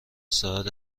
ساعت